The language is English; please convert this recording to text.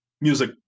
music